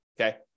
okay